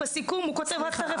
בסיכום הוא כותב רק את הרפואי.